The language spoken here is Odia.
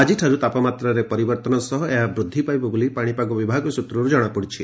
ଆକିଠାରୁ ତାପମାତ୍ରାରେ ପରିବର୍ଭନ ସହ ଏହା ବୃଦ୍ଧି ପାଇବ ବୋଲି ପାଶିପାଗ ବିଭାଗ ସୃତ୍ରରୁ ଜଣାପଡିଛି